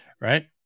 right